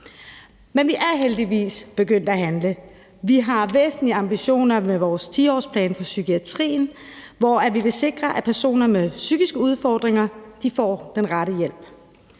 Men vi er heldigvis begyndt at handle. Vi har væsentlige ambitioner med vores 10-årsplan for psykiatrien, hvor vi vil sikre, at personer med psykiske udfordringer får den rette hjælp.